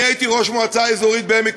אני הייתי ראש מועצה בעמק-יזרעאל,